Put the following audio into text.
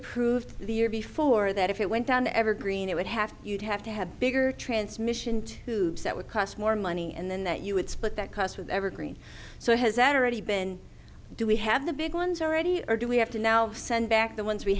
approved the year before that if it went down to evergreen it would have to you'd have to have bigger transmission tubes that would cost more money and then that you would split that cost with evergreen so has that already been do we have the big ones already or do we have to now send back the on